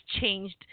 changed